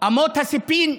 אמות הסיפים,